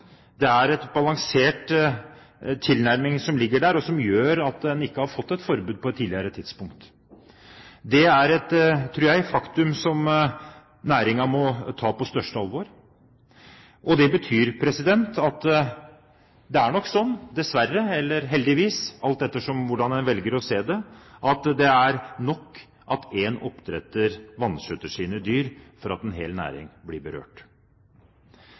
Det er en balansert tilnærming som ligger der, og som gjør at en ikke har fått et forbud på et tidligere tidspunkt. Det er et faktum som næringen må ta på største alvor. Det betyr – dessverre eller heldigvis, alt etter hvordan en velger å se det – at det er nok at én oppdretter vanskjøtter sine dyr for at en hel næring skal bli berørt.